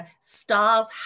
stars